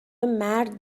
مرد